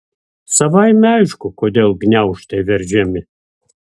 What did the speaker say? savaime aišku kodėl gniaužtai veržiami